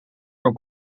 kan